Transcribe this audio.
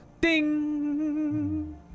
ding